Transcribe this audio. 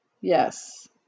yes